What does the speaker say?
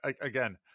again